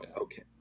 Okay